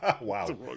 Wow